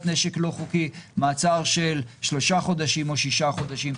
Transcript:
נשק לא חוקי מעצר של שלושה חודשים או שישה חודשים.